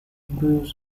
bruise